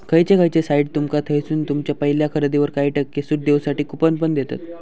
खयचे खयचे साइट्स तुमका थयसून तुमच्या पहिल्या खरेदीवर काही टक्के सूट देऊसाठी कूपन पण देतत